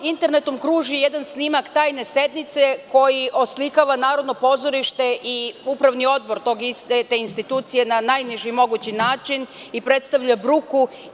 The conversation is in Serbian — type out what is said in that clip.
Internetom kruži jedan snimak tajne sednice koji oslikava Narodno pozorište i Upravni odbor te institucije na najniži mogući način i predstavlja bruku.